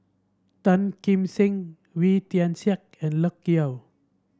Tan Kim Seng Wee Tian Siak and Loke Yew